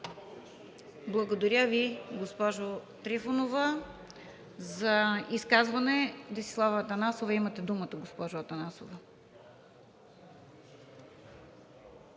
Благодаря Ви, госпожо Трифонова. За изказване – Десислава Атанасова. Имате думата, госпожо Атанасова.